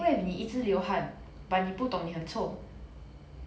what if 你一直流汗 but 你不懂你很臭